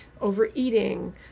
overeating